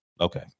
Okay